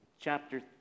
chapter